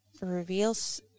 reveals